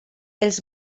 els